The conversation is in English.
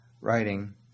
writing